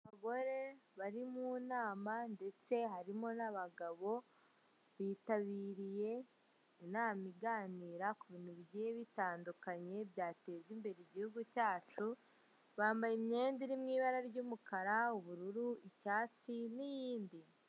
Abagore bari mu nama ndetse harimo n'abagabo bitabiriye inama iganira ku bintu bigiye bitandukanye, byateza imbere igihugu cyacu bambaye imyenda iri mu ibara ry'umukara, ubururu, icyatsi n'iyindi.